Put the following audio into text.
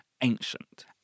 ancient